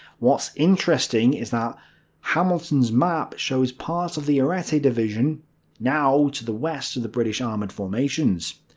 what's interesting is that hamilton's map shows part of the ariete division now to the west of the british armoured formations.